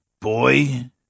boy